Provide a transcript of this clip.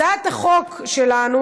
הצעת החוק שלנו,